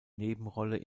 nebenrolle